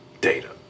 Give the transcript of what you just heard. data